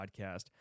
podcast